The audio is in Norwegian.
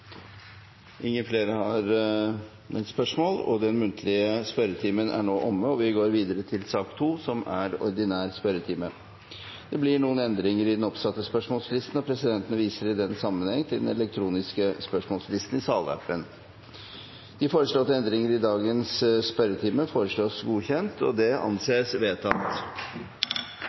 den muntlige spørretimen omme. Det blir noen endringer i den oppsatte spørsmålslisten, og presidenten viser i den sammenheng til den elektroniske spørsmålslisten i salappen. De foreslåtte endringene i dagens spørretime foreslås godkjent. – Det anses vedtatt.